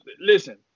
listen